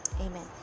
amen